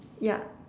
ya